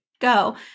go